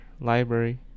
Library